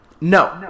No